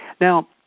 Now